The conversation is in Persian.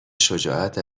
شجاعت